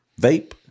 vape